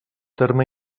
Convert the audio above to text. terme